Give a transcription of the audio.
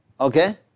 Okay